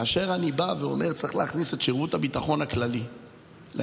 כאשר אני בא ואומר: צריך להכניס את שירות הביטחון הכללי לעניין,